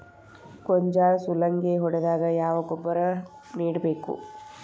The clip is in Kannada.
ಗೋಂಜಾಳ ಸುಲಂಗೇ ಹೊಡೆದಾಗ ಯಾವ ಗೊಬ್ಬರ ನೇಡಬೇಕು?